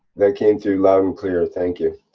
they came through loud and clear, thank you.